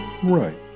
Right